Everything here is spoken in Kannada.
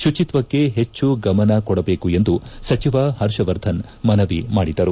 ಶುಚಿತ್ವಕ್ಕೆ ಹೆಚ್ಚು ಗಮನ ಕೊಡಬೇಕು ಎಂದು ಸಚಿವ ಹರ್ಷವರ್ಧನ್ ಮನವಿ ಮಾಡಿದರು